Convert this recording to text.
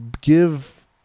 give